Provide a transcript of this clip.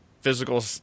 physical